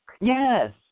Yes